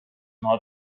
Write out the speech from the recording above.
how